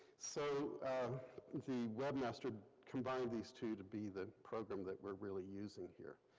so the webmaster combined these two to be the program that we're really using here.